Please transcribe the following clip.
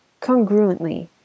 congruently